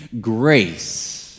Grace